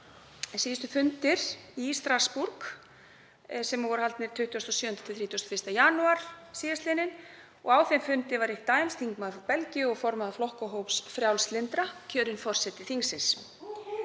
síðustu fundir í Strassborg, sem voru haldnir 27. til 31. janúar 2020. Á þeim fundi var Rik Daems, þingmaður frá Belgíu og formaður flokkahóps frjálslyndra, kjörinn forseti þingsins.